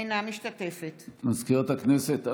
אינה משתתפת בהצבעה מזכירת הכנסת,